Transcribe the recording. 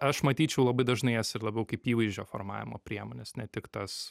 aš matyčiau labai dažnai jas ir labiau kaip įvaizdžio formavimo priemones ne tik tas